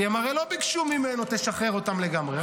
כי הרי הם לא ביקשו ממנו: תשחרר לגמרי,